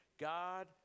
God